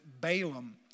Balaam